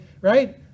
right